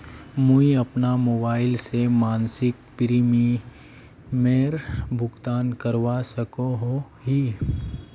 मुई अपना मोबाईल से मासिक प्रीमियमेर भुगतान करवा सकोहो ही?